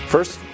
First